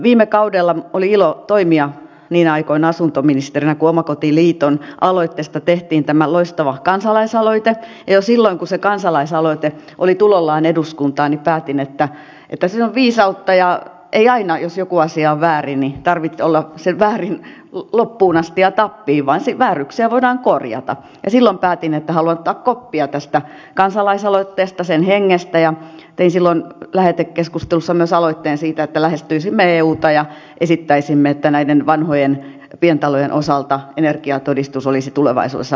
viime kaudella oli ilo toimia asuntoministerinä niinä aikoina kun omakotiliiton aloitteesta tehtiin tämä loistava kansalaisaloite ja jo silloin kun se kansalaisaloite oli tulollaan eduskuntaan päätin se on viisautta ettei aina jos joku asia on väärin sen tarvitse olla väärin loppuun asti ja tappiin vaan vääryyksiä voidaan korjata että haluan ottaa koppia tästä kansalaisaloitteesta sen hengestä ja tein silloin lähetekeskustelussa myös aloitteen siitä että lähestyisimme euta ja esittäisimme että näiden vanhojen pientalojen osalta energiatodistus olisi tulevaisuudessa vapaaehtoinen